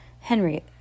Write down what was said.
henry